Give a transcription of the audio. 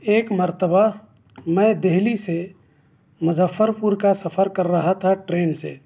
ایک مرتبہ میں دہلی سے مظفر پور کا سفر کر رہا تھا ٹرین سے